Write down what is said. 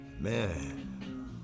Man